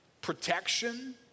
protection